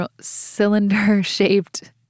cylinder-shaped